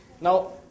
Now